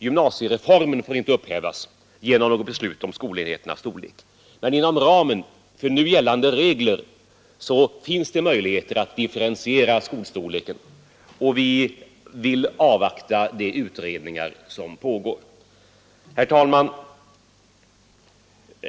Gymnasiereformen får inte påverkas genom beslut om skolenheternas storlek, men inom ramen för de regler som gäller för gymnasieskolan finns det vissa möjligheter att differentiera skolstorleken, och vi vill avvakta pågående utredning. Herr talman!